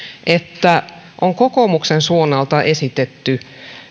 että on kokoomuksen suunnalta esitetty